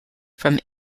from